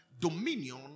dominion